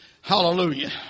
Hallelujah